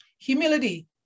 Humility